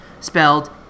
spelled